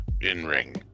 in-ring